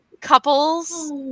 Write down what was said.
couples